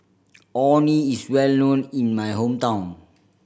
Orh Nee is well known in my hometown